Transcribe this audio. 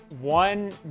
one